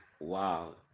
Wow